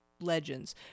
legends